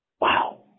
wow